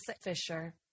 Fisher